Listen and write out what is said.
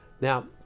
Now